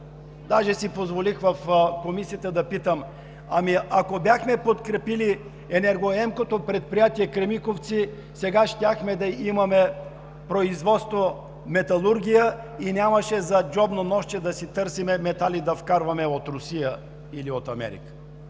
Даже си позволих в Комисията да питам: Ако бяхме подкрепили енергоемкото предприятие „Кремиковци“, сега щяхме да имаме производство металургия и нямаше за джобно ножче да търсим да вкарваме метали от Русия или от Америка.